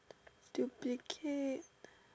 duplicate